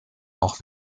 auch